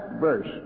verse